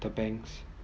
the banks